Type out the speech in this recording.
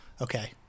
okay